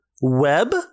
web